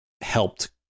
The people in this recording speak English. helped